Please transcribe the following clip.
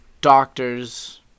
doctors